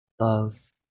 love